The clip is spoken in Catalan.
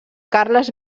carles